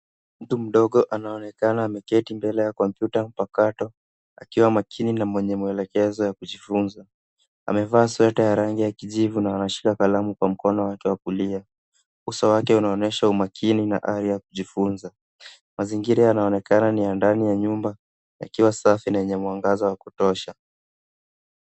Mtu mdogo anaonekana ameketi mbele ya kompyuta mpakato. Akiwa makini na mwenye mwelekezo ya kujifunza. Amevaa sweta ya rangi ya kijivu na anashika kalamu kwa mkono wake wa kulia. Uso wake unaonyesha umakini na hali ya kujifunza. Mazingira yanaonekana ni ya ndani ya nyumba, yakiwa safi na yenye mwangaza wa kutosha.